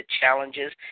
challenges